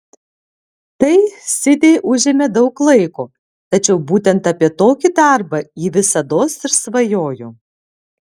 tai sidei užėmė daug laiko tačiau būtent apie tokį darbą ji visados ir svajojo